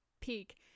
peak